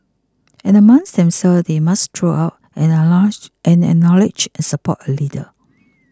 and amongst themselves they must throw up and acknowledge and support a leader